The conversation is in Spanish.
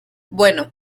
bueno